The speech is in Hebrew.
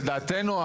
לדעתנו,